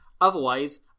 Otherwise